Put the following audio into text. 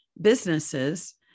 businesses